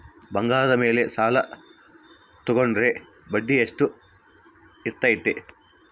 ಬಂಗಾರದ ಮೇಲೆ ಸಾಲ ತೋಗೊಂಡ್ರೆ ಬಡ್ಡಿ ಎಷ್ಟು ಇರ್ತೈತೆ?